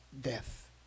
death